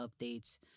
updates